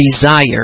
desire